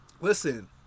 Listen